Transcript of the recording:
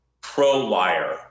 pro-liar